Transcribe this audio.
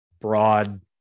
broad